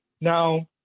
Now